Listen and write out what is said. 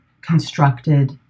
constructed